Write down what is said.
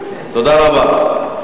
תודה רבה.